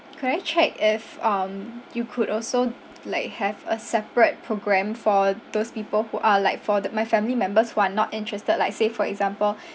could I check if um you could also like have a separate programme for those people who are like for the my family members who are not interested like say for example